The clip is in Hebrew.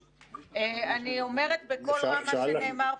אני אומרת בקול רם מה שנאמר פה.